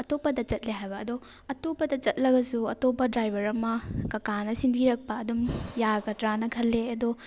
ꯑꯇꯣꯞꯄꯗ ꯆꯠꯂꯦ ꯍꯥꯏꯕ ꯑꯗꯣ ꯑꯇꯣꯞꯄꯗ ꯆꯠꯂꯒꯁꯨ ꯑꯇꯣꯞꯄ ꯗ꯭ꯔꯥꯏꯚꯔ ꯑꯃ ꯀꯀꯥꯅ ꯁꯤꯟꯕꯤꯔꯛꯄ ꯑꯗꯨꯝ ꯌꯥꯒꯗ꯭ꯔꯥꯅ ꯈꯜꯂꯦ ꯑꯗꯣ